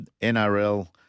NRL